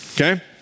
Okay